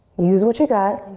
use what you got.